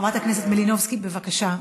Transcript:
חברת הכנסת מלינובסקי, בבקשה.